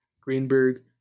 Greenberg